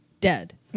dead